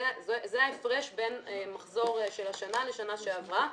זה ההפרש בין מחזור של השנה לשנה שעברה.